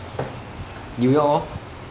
new york orh